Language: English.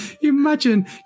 imagine